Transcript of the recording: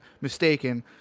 mistaken